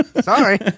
Sorry